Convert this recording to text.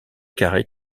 carrées